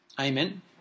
Amen